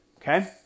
Okay